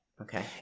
okay